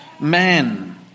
man